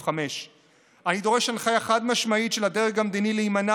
5. אני דורש הנחיה חד-משמעית של הדרג המדיני להימנע